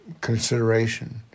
consideration